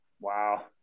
Wow